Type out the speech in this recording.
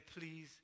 please